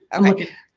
i'm okay.